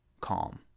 calm